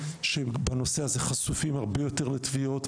כי הם חשופים הרבה יותר לטביעות.